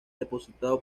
depositado